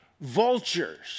vultures